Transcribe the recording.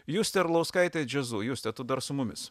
justė arlauskaitė jazzu juste tu dar su mumis